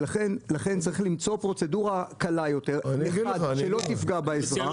לכן צריך למצוא פרוצדורה קלה יותר שלא תפגע באזרח.